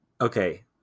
Okay